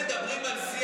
אתם מדברים על שיח?